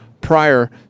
prior